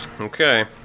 Okay